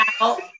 out